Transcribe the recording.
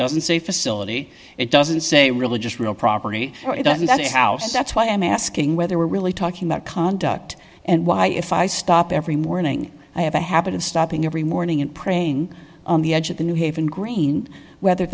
doesn't say facility it doesn't say religious real property doesn't it house that's why i'm asking whether we're really talking about conduct and why if i stop every morning i have a habit of stopping every morning and praying on the edge of the new haven green whether